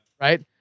right